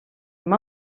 amb